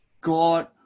God